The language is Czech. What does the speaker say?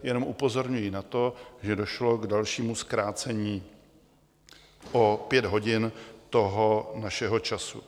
Jenom upozorňuji na to, že došlo k dalšímu zkrácení o pět hodin toho našeho času.